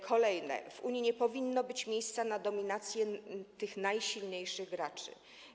Kolejna rzecz: w Unii nie powinno być miejsca na dominację najsilniejszych graczy.